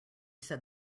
said